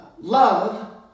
Love